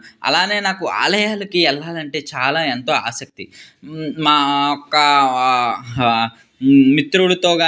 అలానే నాకు ఆలయాలకి వెళ్ళాలంటే చాలా ఎంతో ఆసక్తి మా యొక్క మిత్రులతోగానీ